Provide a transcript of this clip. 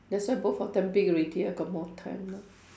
that's why both of them big already I got more time lah